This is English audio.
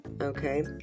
Okay